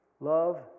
Love